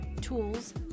tools